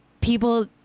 People